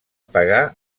pagar